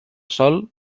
sol